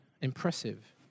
impressive